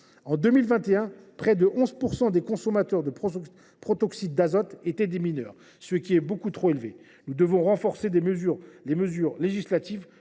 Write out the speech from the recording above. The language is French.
En 2021, près de 11 % des consommateurs de protoxyde d’azote étaient des mineurs, ce qui est beaucoup trop élevé. Nous devons renforcer les mesures législatives